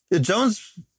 Jones